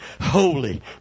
Holy